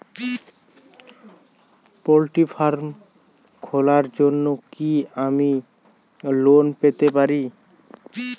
Poultry farm খোলার জন্য কি আমি লোন পেতে পারি?